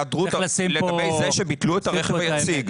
זה שביטלו את הרכב היציג.